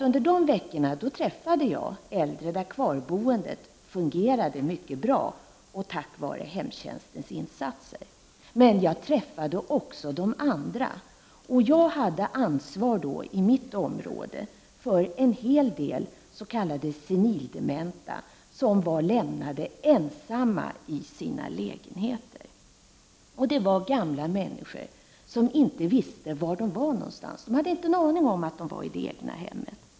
Under de veckorna träffade jag äldre för vilka kvarboendet fungerade mycket bra, tack vare hemtjänstens insatser. Jag träffade också andra, där det inte fungerade. I mitt område hade jag ansvar för en hel del senildementa som var lämnade ensamma i sina lägenheter. Det var gamla människor som inte visste var de var någonstans. De hade ingen aning om att de bodde i det egna hemmet.